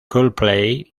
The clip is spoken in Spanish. coldplay